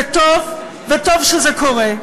זה טוב, וטוב שזה קורה.